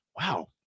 Wow